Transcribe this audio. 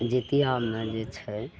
जितियामे जे छै